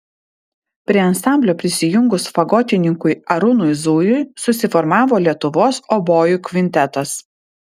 prie ansamblio prisijungus fagotininkui arūnui zujui susiformavo lietuvos obojų kvintetas